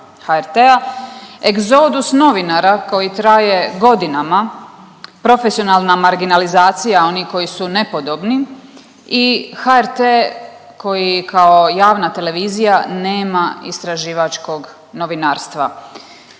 HRT-a, egzodus novinara koji traje godinama, profesionalna marginalizacija onih koji su nepodobni i HRT koji kao javna televizija nema istraživačkog novinarstva.